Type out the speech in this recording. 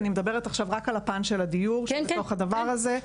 ואני מדברת עכשיו רק על הפן של הדיור שבתוך הדבר הזה.